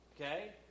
okay